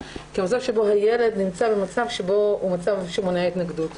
כמצב שבו הילד נמצא במצב שמונע התנגדות.